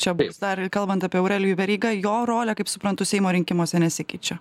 čia dar ir kalbant apie aurelijų verygą jo rolė kaip suprantu seimo rinkimuose nesikeičia